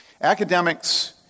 Academics